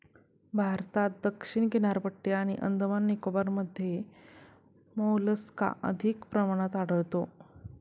भारतात दक्षिण किनारपट्टी आणि अंदमान निकोबारमध्ये मोलस्का अधिक प्रमाणात आढळतो